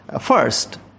First